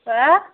হা